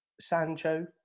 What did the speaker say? Sancho